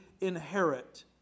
inherit